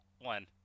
one